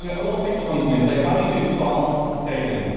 a lot of people come to me and say how do you do fast scaling?